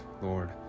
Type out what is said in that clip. Lord